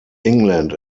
england